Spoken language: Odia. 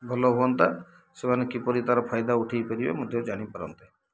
ଭଲ ହୁଅନ୍ତା ସେମାନେ କିପରି ତାର ଫାଇଦା ଉଠାଇ ପାରିବେ ମଧ୍ୟ ଜାଣିପାରନ୍ତେ